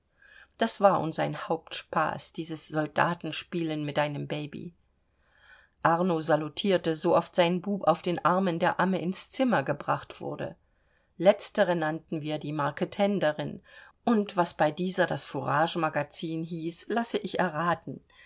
das war uns ein hauptspaß dieses soldatenspielen mit einem baby arno salutierte so oft sein bub auf den armen der amme ins zimmer gebracht wurde letztere nannten wir die marketenderin und was bei dieser das fouragemagazin hieß lasse ich erraten